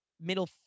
middle